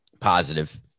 positive